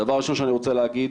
הדבר הראשון שאני רוצה להגיד,